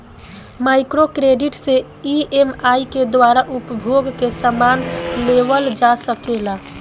micro credit से EMI के द्वारा उपभोग के समान लेवल जा सकेला